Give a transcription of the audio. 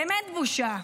באמת בושה.